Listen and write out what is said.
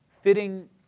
fitting